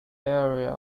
area